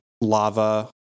lava